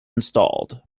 installed